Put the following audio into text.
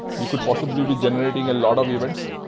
you could possibly be generating a lot of events.